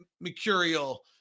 mercurial